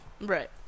Right